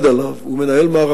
ואני רוצה להוסיף מעבר